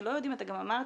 כשלא יודעים, אתה גם אמרת,